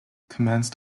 commenced